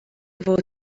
fod